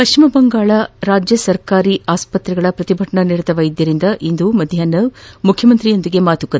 ಪಶ್ಚಿಮ ಬಂಗಾಳದಲ್ಲಿ ರಾಜ್ಯ ಸರ್ಕಾರಿ ಆಸ್ಸತ್ರೆಗಳ ಪ್ರತಿಭಟನಾ ನಿರತ ವೈದ್ಯರಿಂದ ಇಂದು ಮಧ್ಯಾಹ್ನ ಮುಖ್ಯಮಂತ್ರಿಗಳೊಂದಿಗೆ ಮಾತುಕತೆ